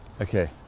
Okay